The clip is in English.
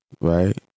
right